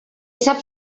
sap